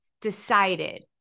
decided